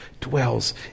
dwells